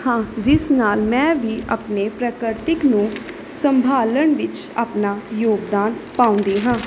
ਹਾਂ ਜਿਸ ਨਾਲ ਮੈਂ ਵੀ ਆਪਣੇ ਪ੍ਰਾਕਰਤਿਕ ਨੂੰ ਸੰਭਾਲਣ ਵਿੱਚ ਆਪਣਾ ਯੋਗਦਾਨ ਪਾਉਂਦੀ ਹਾਂ